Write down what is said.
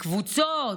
לקבוצות,